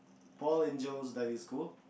Paul Angels Diving School